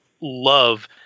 love